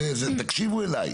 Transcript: תקשיבו אליי,